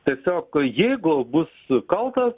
tiesiog jeigu bus kalta